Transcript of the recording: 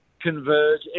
converge